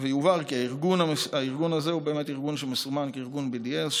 יובהר כי הארגון הזה הוא באמת ארגון שמסומן כארגון BDS,